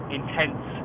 intense